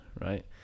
right